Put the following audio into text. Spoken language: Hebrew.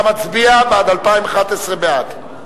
אתה מצביע על 2011 בעד.